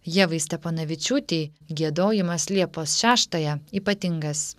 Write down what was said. ievai steponavičiūtei giedojimas liepos šeštąją ypatingas